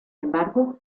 embargo